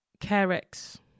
Carex